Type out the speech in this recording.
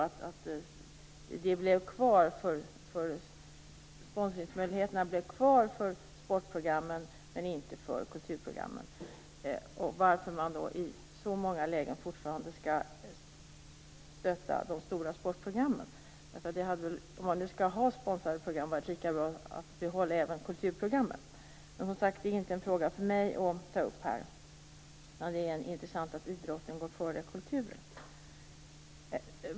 Hur kan det komma sig att sponsringsmöjligheterna finns kvar för sportprogrammen men inte för kulturprogrammen? Varför skall man i så många lägen stötta de stora sportprogrammen? Om man nu skall ha sponsrade program, hade det väl varit lika bra att det även hade gällt för kulturprogrammen. Detta är inte frågor för mig att ta upp i detta sammanhang, men det är intressant att notera att idrotten tycks gå före kulturen.